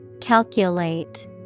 Calculate